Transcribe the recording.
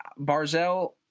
barzell